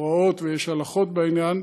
הוראות ויש הלכות בעניין,